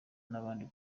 n’ahandi